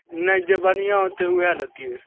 नहि जे बढ़िआँ होते वएह लैतिए